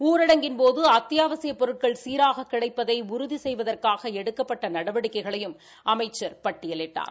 ஊரடங்கின்போது அத்தியாவசியப் பொருட்கள் சீராக கிடைப்பதை உறுதி செய்வதற்காக எடுக்கப்பட்ட நடவடிக்கைகளையும் அமைச்சர் பட்டியலிட்டார்